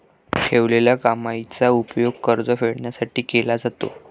ठेवलेल्या कमाईचा उपयोग कर्ज फेडण्यासाठी केला जातो